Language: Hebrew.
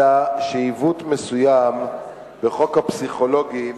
אלא שעיוות מסוים בחוק הפסיכולוגים